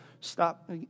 Stop